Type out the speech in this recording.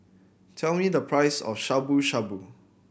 tell me the price of Shabu Shabu